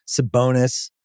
Sabonis